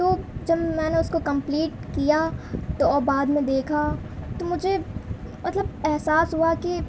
تو جب میں نے اس کو کمپلیٹ کیا تو بعد میں دیکھا تو مجھے مطلب احساس ہوا کہ